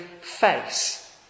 face